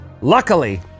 Luckily